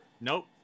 Nope